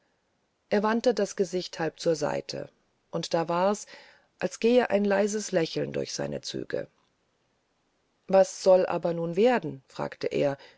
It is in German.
er wandte das gesicht halb zur seite und da war's als gehe ein leises lächeln durch seine züge was soll aber nun werden fragte er